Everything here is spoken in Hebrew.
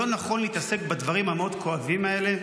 לא נכון להתעסק בדברים המאוד-כואבים האלה,